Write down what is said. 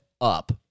up